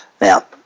Now